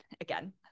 again